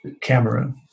Cameroon